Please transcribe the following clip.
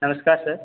नमस्कार सर